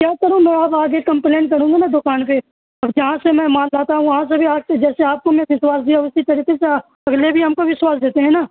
کیا کروں میں اب آگے کمپلین کروں گا نا دکان پہ اب جہاں سے میں مال لاتا ہوں وہاں سے بھی آج جسے آپ کو میں وشواس دیا اسی طریقے سے اگلے بھی ہم کو وشواس دیتے ہیں نا